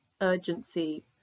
urgency